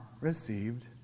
received